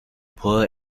poor